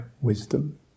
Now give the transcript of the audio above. wisdom